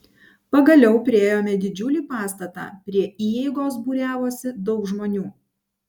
pagaliau priėjome didžiulį pastatą prie įeigos būriavosi daug žmonių